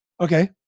Okay